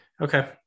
Okay